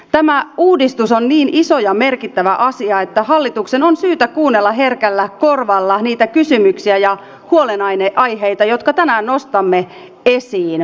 tämä uudistus on niin iso ja merkittävä asia että hallituksen on syytä kuunnella herkällä korvalla niitä kysymyksiä ja huolenaiheita jotka tänään nostamme esiin